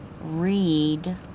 read